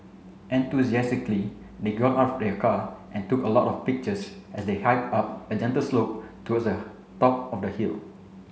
enthusiastically they got out of their car and took a lot of pictures as they hiked up a gentle slope towards a top of the hill